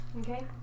Okay